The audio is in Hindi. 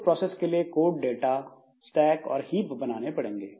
उस प्रोसेस के लिए कोड डाटा स्टैक और हीप बनाने पड़ेंगे